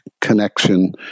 connection